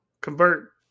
Convert